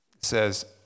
says